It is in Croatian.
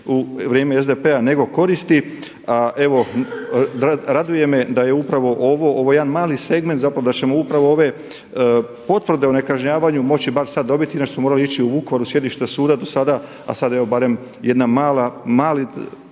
u vrijeme SDP-a nego koristi. Evo raduje me da je upravo ovaj jedan mali segment da ćemo upravo ove potvrde o nekažnjavanju moći bar sada dobiti inače smo morali ići u Vukovar u sjedište suda do sada, a sada evo barem jedan mali